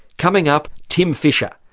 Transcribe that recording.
coming up, tim fischer,